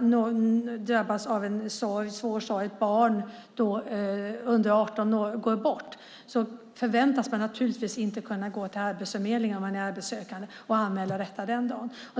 någon drabbas av en svår sorg, till exempel ett barn under 18 år går bort, förväntas man naturligtvis inte kunna gå till Arbetsförmedlingen om man är arbetssökande och anmäla detta den dagen.